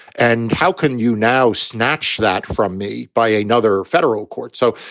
and how can you now snatch that from me by another federal court? so.